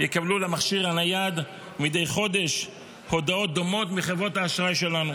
למכשיר הנייד מדי חודש הודעות דומות מחברות האשראי שלנו,